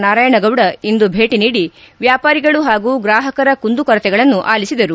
ನಾರಾಯಣಗೌಡ ಇಂದು ಭೇಟಿ ನೀಡಿ ವ್ಯಾಪಾರಿಗಳು ಹಾಗೂ ಗ್ರಾಹಕರ ಕುಂದುಕೊರತೆಗಳನ್ನು ಆಲಿಸಿದರು